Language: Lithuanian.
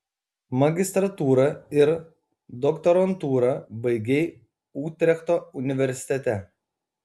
magistrantūrą ir doktorantūrą baigei utrechto universitete